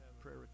prayer